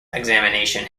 examination